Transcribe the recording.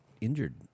injured